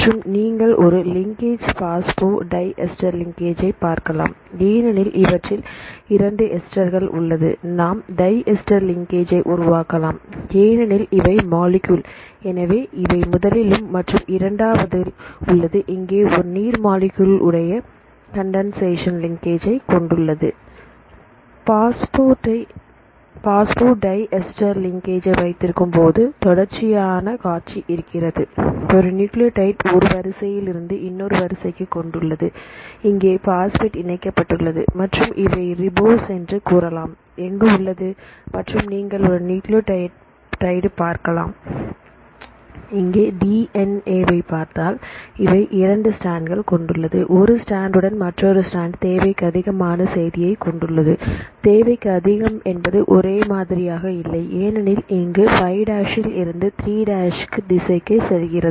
மற்றும் நீங்கள் ஒரு லிங்காஜ் பாஸ்போ டை எஸ்டர் லிங்காஜை பார்க்கலாம் ஏனெனில் இவற்றில் 2 எஸ்டர்கல் உள்ளது நாம் டை எஸ்டர் லிங்காஜை உருவாக்கலாம் ஏனெனில் இவை மொலக்யூலே எனவே இவை முதலிலும் மற்றும் இரண்டாவது உள்ளது இங்கே நீர் மொலக்யூல்லை உடைய கண்டெண்டேஷன் லிங்காஜை கொண்டுள்ளது பாஸ்போர்ட்டைஎஸ்டர் லிங்காஜை வைத்திருக்கும்போது தொடர்ச்சியான காட்சி இருக்கிறது ஒரு நியூக்ளியோடைடு ஒரு வரிசையில் இருந்து இன்னொரு வரிசைக்கு கொண்டுள்ளது இங்கே பாஸ்பேட் இணைக்கப்பட்டுள்ளது மற்றும் இவை ரிபோஸ் என்று கூறலாம் எங்கு உள்ளது மற்றும் நீங்கள் ஒரு நியூக்ளியோடைடு பார்க்கலாம் இங்கே டிஎன்ஏவை பார்த்தாள் இவை 2 ஸ்டாண்டுகள் கொண்டுள்ளது ஒரு ஸ்டாண்ட் உடன் மற்றொரு ஸ்டாண்ட் தேவைக்குஅதிகமான செய்தியை கொண்டுள்ளது தேவைக்கு அதிகம் என்பது ஒரே மாதிரியாக இல்லை ஏனெனில் இங்கு 5 ல் இருந்து 3 திசைக்கு செல்கிறது